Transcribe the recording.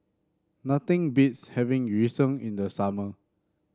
nothing beats having Yu Sheng in the summer